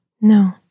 No